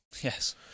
yes